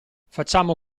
facciamo